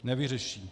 Nevyřeší.